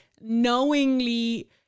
knowingly